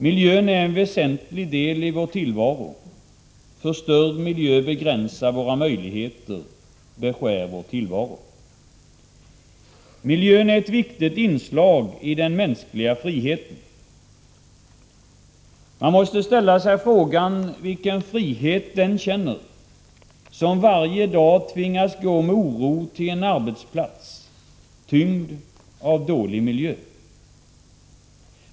Miljön är en väsentlig del i vår tillvaro. Förstörd miljö begränsar våra möjligheter — beskär vår tillvaro. Miljön är ett viktigt inslag i den mänskliga friheten. Man måste ställa sig frågan vilken frihet den känner som varje dag går med oro till en arbetsplats tyngd av dålig miljö.